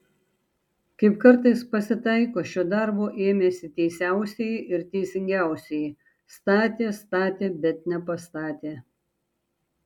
kaip kartais pasitaiko šio darbo ėmėsi teisiausieji ir teisingiausieji statė statė bet nepastatė